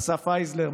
אסף הייזלר,